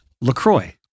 LaCroix